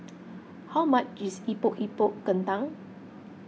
how much is Epok Epok Kentang